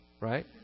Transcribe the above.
Right